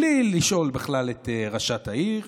בלי לשאול בכלל את ראשת העיר.